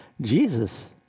Jesus